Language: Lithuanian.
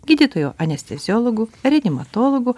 gydytoju anesteziologu reanimatologu